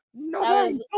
No